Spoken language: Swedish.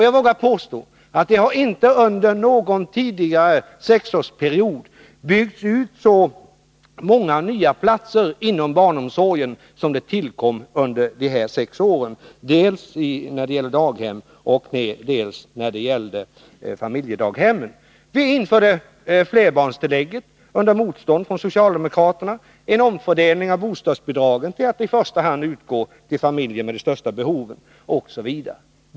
Jag vågar påstå att det inte under någon tidigare sexårsperiod byggts ut så många nya platser inom barnomsorg som under den här sexårsperioden, dels när det gäller daghem, dels när det gäller familjedaghem. Vi införde flerbarnstillägget, under motstånd från socialdemokraterna, och en omfördelning av bostadsbidragen till att i första hand utgå till familjer med de största behoven osv.